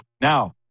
Now